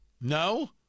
No